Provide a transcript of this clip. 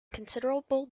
considerable